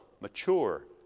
mature